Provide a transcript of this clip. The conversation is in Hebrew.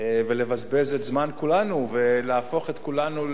לבזבז את זמן כולנו ולהפוך את כולנו,